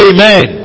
Amen